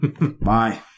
Bye